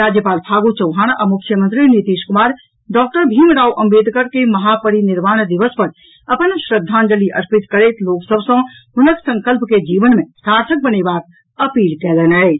राज्यपाल फागू चौहान आ मुख्यमंत्री नीतीश कुमार डॉक्टर भीमराव अम्बेदकर के महापरिनिर्वाण दिवस पर अपन श्रद्धांजलि अर्पित करैत लोक सभ सँ हुनक संकल्प के जीवन मे सार्थक बनेबाक अपील कयलनि अछि